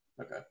Okay